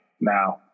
now